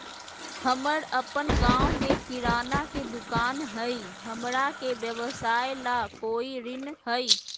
हमर अपन गांव में किराना के दुकान हई, हमरा के व्यवसाय ला कोई ऋण हई?